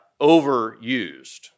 overused